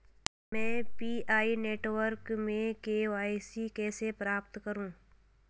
मैं PI network में KYC कैसे प्राप्त करूँ?